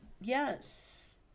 Yes